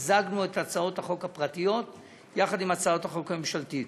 מיזגנו את הצעות החוק הפרטיות עם הצעת החוק הממשלתית.